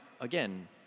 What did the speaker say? again